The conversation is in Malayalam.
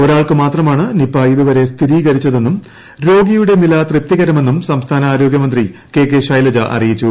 ഒരാൾക്ക് മാത്രമാണ് നിപ്പ ഇതുവരെ സ്ഥിരീകരിച്ചതെന്നും രോഗിയുടെ നില തൃപ്തികരമെന്നും സംസ്ഥാന ആരോഗ്യമന്ത്രി കെ കെ ശൈലജ അറിയിച്ചു